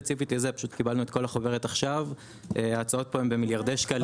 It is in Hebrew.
קיבלנו את כל החוברת עכשיו; ההצעות פה הן במיליארדי שקלים.